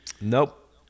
nope